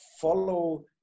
follow